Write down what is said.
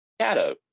shadow